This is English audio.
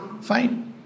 Fine